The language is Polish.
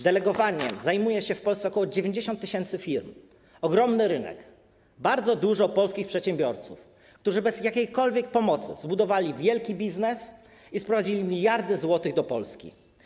Delegowaniem zajmuje się w Polsce ok. 90 tys. firm - ogromny rynek, bardzo dużo polskich przedsiębiorców, którzy bez jakiejkolwiek pomocy zbudowali wielki biznes i sprowadzili miliardy złotych do Polski.